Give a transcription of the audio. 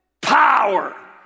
power